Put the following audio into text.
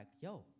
yo